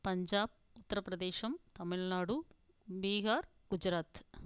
Punjab Uttar Pradesh Tamil Nadu Bihar Gujarat